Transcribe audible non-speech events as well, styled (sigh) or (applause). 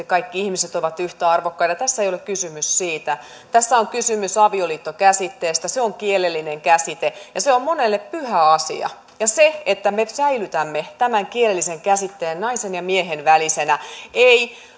(unintelligible) kaikki ihmiset ovat yhtä arvokkaita tässä ei ole kysymys siitä tässä on kysymys avioliitto käsitteestä se on kielellinen käsite ja se on monelle pyhä asia se että me säilytämme tämän kielellisen käsitteen naisen ja miehen välisenä ei